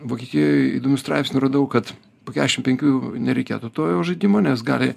vokietijoj įdomių straipsnių radau kad po kešiam penkių jau nereikėtų to jau žaidimo nes gali